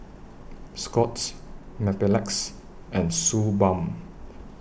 Scott's Mepilex and Suu Balm